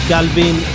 Galvin